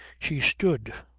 she stood,